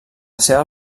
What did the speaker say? seva